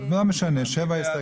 לא משנה, שבע הסתייגויות.